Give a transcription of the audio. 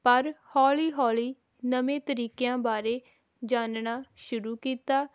ਪਰ ਹੌਲੀ ਹੌਲੀ ਨਵੇਂ ਤਰੀਕਿਆਂ ਬਾਰੇ ਜਾਣਨਾ ਸ਼ੁਰੂ ਕੀਤਾ